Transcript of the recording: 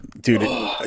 Dude